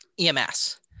EMS